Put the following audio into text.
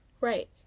Right